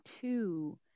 two